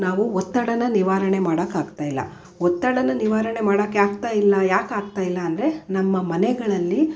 ನಾವು ಒತ್ತಡನ ನಿವಾರಣೆ ಮಾಡೋಕಾಗ್ತಾಯಿಲ್ಲ ಒತ್ತಡನ ನಿವಾರಣೆ ಮಾಡೋಕೆ ಆಗ್ತಾಯಿಲ್ಲ ಯಾಕೆ ಆಗ್ತಾಯಿಲ್ಲ ಅಂದರೆ ನಮ್ಮ ಮನೆಗಳಲ್ಲಿ